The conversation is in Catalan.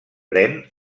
pren